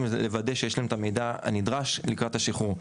לוודא שיש להם את המידע הנדרש לקראת השחרור.